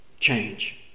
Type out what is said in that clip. Change